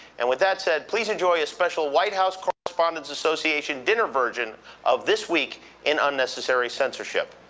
and with that said, please enjoy a special white house correspondents association dinner version of this week in unnecessary censorship.